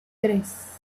tres